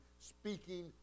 speaking